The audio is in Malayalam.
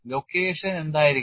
ലൊക്കേഷൻ എന്തായിരിക്കണം